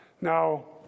Now